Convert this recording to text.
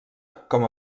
com